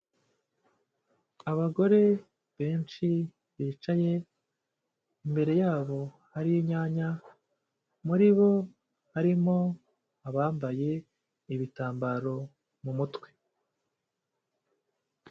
Abagore benshi bicaye, imbere yabo hari inyanya, muri bo harimo abambaye ibitambaro mu mutwe.